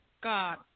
god